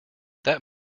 that